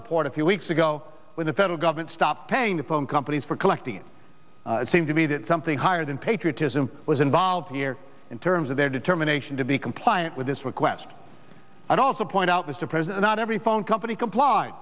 report a few weeks ago when the federal government stopped paying the phone companies for collecting it seems to me that something higher than patriotism was involved here in terms of their determination to be compliant with this request and also point out the surprise and not ever the phone company compl